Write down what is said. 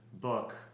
book